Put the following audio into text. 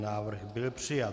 Návrh byl přijat.